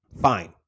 fine